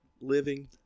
Living